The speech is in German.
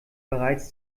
bereits